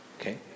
Okay